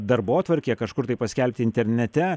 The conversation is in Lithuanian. darbotvarkė kažkur tai paskelbti internete